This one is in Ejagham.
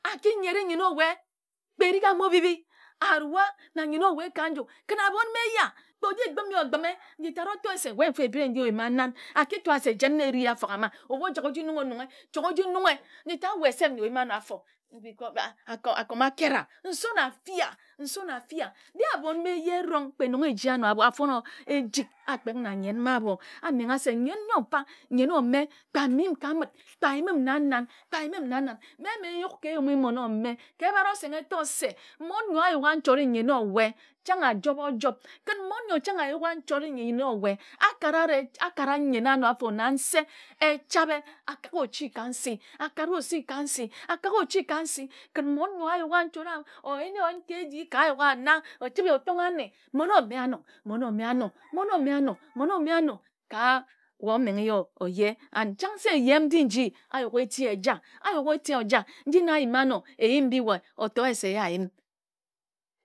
A ki nyere nnyen owe ke erik abho bhibhi a rua na nnyen owe ka nju-kən abhon mma eye a oji gbəme ogbəme nji tat o to ye se we nfa epiri erik nji o yima nan a ki to a se jen na e ri afoghe ama. Ebhu o jak oji nughe chong oji nunghe o nunghe. N ji tat we sef nyo o yim an afo akom a ket wa nson a fii a. Dee abhon mma eye erong kpe nong eji ano abho a fon ejik a kpek na anyen abho. A mengha se nnyen ome a mi m ka amət kpe a yim m nan nan kpe a yim m nan nan dee nayuk ka eyumi nnyen ome. Ka ebhare oseng e to se mmon nyo a kugha nchot i nnyen owe chang e job ojob kən mmon nyo chang a yugha nchot nnyen owe a kare nnyen ano afo na nse echabhe. A kak ochi ka nsi a kagha ochi ka nsi, a kagha ochi ka nsi. Mmon nyo a yugha nna o chəbhe o tongha ane mmon ome nna mmon ome ano mmon ome ano mmon ome ano ka o menghe ye o ye. An chang se eyem nji nji a yugha eti eja a yugha eti eja n ji na a yima ano eyim mbi we o toe ye se a yim